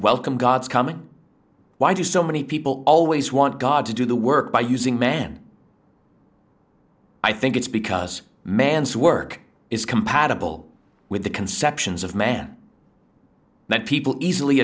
welcome god's coming why do so many people always want god to do the work by using men i think it's because man's work is compatible with the conceptions of man that people easily